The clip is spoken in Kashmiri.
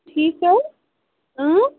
ٹھیک چھِ حظ اۭں